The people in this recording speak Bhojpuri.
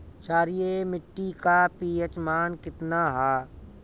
क्षारीय मीट्टी का पी.एच मान कितना ह?